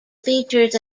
features